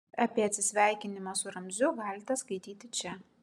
apie atsisveikinimą su ramziu galite skaityti čia